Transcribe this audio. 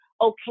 okay